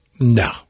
no